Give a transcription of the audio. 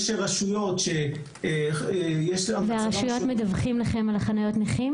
יש רשויות שיש להן --- והרשויות מדווחות לכם על חניות הנכים